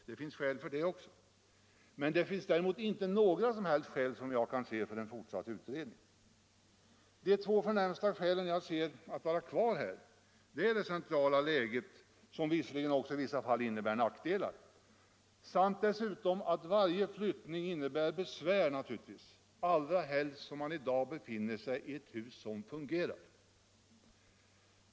Däremot finns det inte, såvitt jag kan se, några som helst skäl för en ytterligare utredning. De två förnämsta skälen för att stanna kvar är det centrala läget, som visserligen också kan innebära nackdelar, samt naturligtvis att varje flyttning innebär besvär. Det senare gäller allra helst som vi i dag har ett hus som fungerar.